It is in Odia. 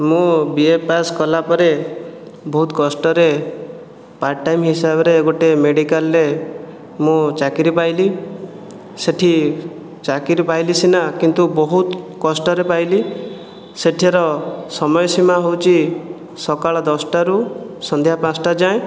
ମୁଁ ବି ଏ ପାସ୍ କଲା ପରେ ବହୁତ କଷ୍ଟରେ ପାର୍ଟ ଟାଇମ ହିସାବରେ ଗୋଟିଏ ମେଡିକାଲ୍ରେ ମୁଁ ଚାକିରି ପାଇଲି ସେଠି ଚାକିରି ପାଇଲି ସିନା କିନ୍ତୁ ବହୁତ କଷ୍ଟରେ ପାଇଲି ସେଠାର ସମୟସୀମା ହେଉଛି ସକାଳ ଦଶଟାରୁ ସନ୍ଧ୍ୟା ପାଞ୍ଚଟା ଯାଏଁ